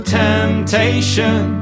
temptation